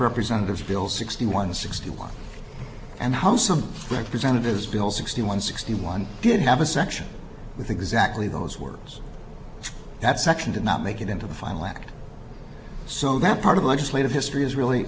representatives bill sixty one sixty one and house some representatives bill sixty one sixty one did have a section with exactly those words that section did not make it into the final act so that part of legislative history is really